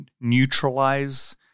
neutralize